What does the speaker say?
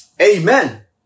Amen